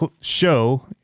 show